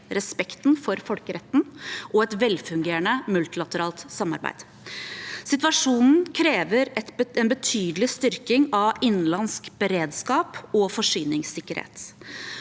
respekten for folkeretten og et velfungerende multilateralt samarbeid. Situasjonen krever en betydelig styrking av innenlandsk beredskap og forsyningssikkerhet.